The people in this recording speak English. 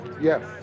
Yes